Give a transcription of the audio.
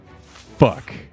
Fuck